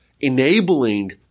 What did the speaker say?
enabling